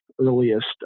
earliest